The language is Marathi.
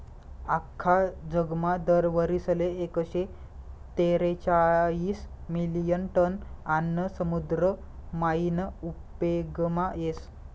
आख्खा जगमा दर वरीसले एकशे तेरेचायीस मिलियन टन आन्न समुद्र मायीन उपेगमा येस